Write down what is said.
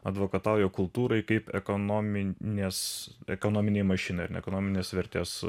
advokatauja kultūrai kaip ekonominės ekonominei mašinai ar ne ekonominės vertės